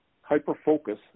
hyper-focus